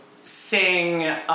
sing